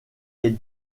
est